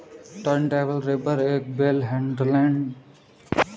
turntable wrapper एक bale handler है, जो एक बेल को ऊपर उठाता है और उसे रैपिंग टेबल पर रखता है